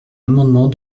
amendement